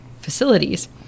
facilities